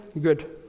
good